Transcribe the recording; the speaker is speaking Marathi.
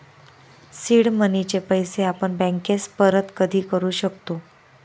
सीड मनीचे पैसे आपण बँकेस परत कधी करू शकतो